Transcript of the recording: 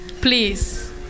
please